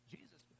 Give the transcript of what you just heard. Jesus